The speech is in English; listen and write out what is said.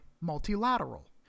multilateral